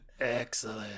excellent